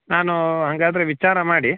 ನಾನು ಹಾಗಾದ್ರೆ ವಿಚಾರ ಮಾಡಿ